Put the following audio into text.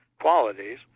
qualities